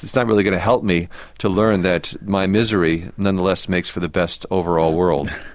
it's not really going to help me to learn that my misery nonetheless makes for the best overall world.